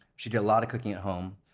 she did a lot of cooking at home,